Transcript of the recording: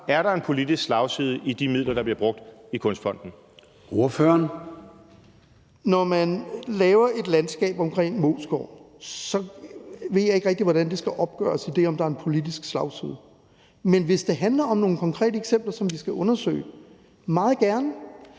Formanden (Søren Gade): Ordføreren. Kl. 21:14 Søren Søndergaard (EL): Når man laver et landskab omkring Moesgaard, ved jeg ikke rigtig, hvordan det skal opgøres, om der er en politisk slagside. Men hvis det handler om nogle konkrete eksempler, som vi skal undersøge, så meget gerne.